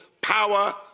power